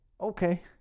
okay